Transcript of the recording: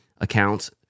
accounts